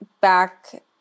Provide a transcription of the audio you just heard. back